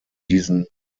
diesen